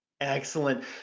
Excellent